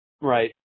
Right